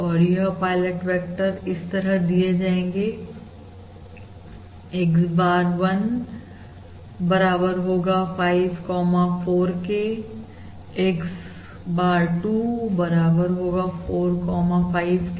और यह pilot vector इस तरह दिए जाएंगे x bar 1 बराबर होगा 5 कोमां 4 केx bar 2 बराबर होगा 4 कोमां 5 के